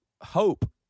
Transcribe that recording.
hope